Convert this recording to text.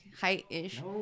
height-ish